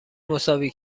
مساوی